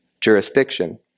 jurisdiction